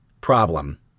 problem